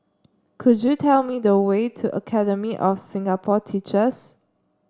could you tell me the way to Academy of Singapore Teachers